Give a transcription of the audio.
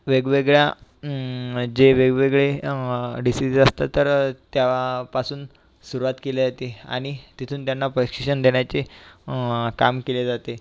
वेगवेगळ्या जे वेगवेगळे डिसीज असतात तर त्यापासून सुरवात केली जाते आणि तिथून त्यांना प्रशिक्षण देण्याचे काम केले जाते